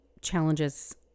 challenges